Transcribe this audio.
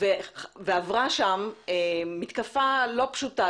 ועברה שם מתקפה לא פשוטה,